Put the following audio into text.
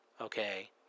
okay